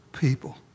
people